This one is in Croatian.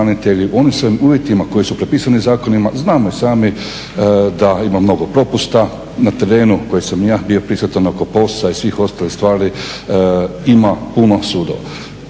Oni se uvjetima koji su propisani zakonima znamo i sami da ima mnogo propusta na terenu na kojem sam ja bio prisutan oko POS-a i svih ostalih stvari ima puno sudova.